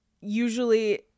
usually